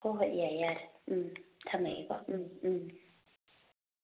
ꯍꯣꯏ ꯍꯣꯏ ꯌꯥꯔꯦ ꯌꯥꯔꯦ ꯎꯝ ꯊꯝꯃꯒꯦꯀꯣ ꯎꯝ ꯎꯝ